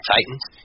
Titans